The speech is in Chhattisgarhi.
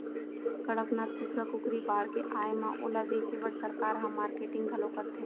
कड़कनाथ कुकरा कुकरी बाड़गे आए म ओला बेचे बर सरकार ह मारकेटिंग घलौ करथे